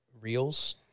reels